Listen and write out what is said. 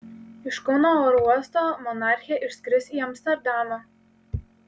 iš kauno oro uosto monarchė išskris į amsterdamą